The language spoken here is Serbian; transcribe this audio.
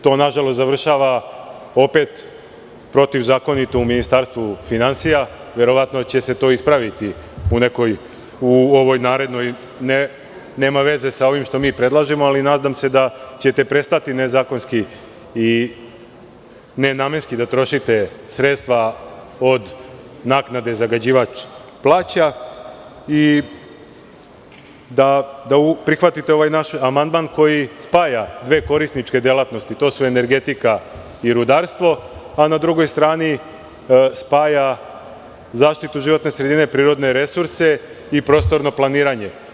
To nažalost završava opet protivzakonito u Ministarstvu finansija, verovatno će se to ispraviti u ovoj narednoj, nema veze sa ovim što mi predlažemo, ali nadam se da ćete prestati nezakonski i nenamenski da trošite sredstva od naknade koju zagađivač plaća i da prihvatite ovaj naš amandman koji spaja dve korisničke delatnosti, to su energetika i rudarstvo, a na drugoj strani spaja zaštitu životne sredine, prirodne resurse i prostorno planiranje.